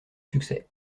succès